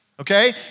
okay